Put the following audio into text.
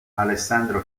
alessandro